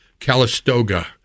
calistoga